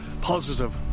positive